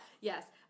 Yes